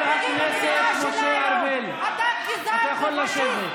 חבר הכנסת ארבל, אתה יכול לשבת.